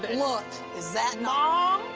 but look, is that not mom,